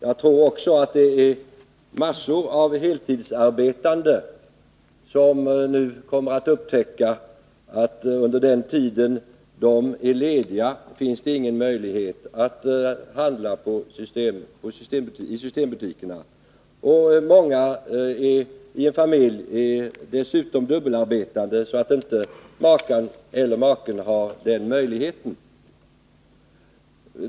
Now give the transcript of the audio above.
Det gäller t.ex. massor av heltidsarbetande, som nu kommer att upptäcka att det under den tid då de är lediga inte finns någon möjlighet att handla i systembutikerna. I många familjer arbetar dessutom både kvinnan och mannen, varför inte heller maken eller makan har denna möjlighet.